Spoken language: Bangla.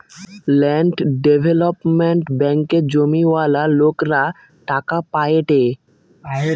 ল্যান্ড ডেভেলপমেন্ট ব্যাঙ্কে জমিওয়ালা লোকরা টাকা পায়েটে